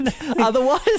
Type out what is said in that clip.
otherwise